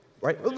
Right